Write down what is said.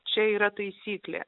čia yra taisyklė